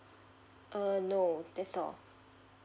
uh no that's all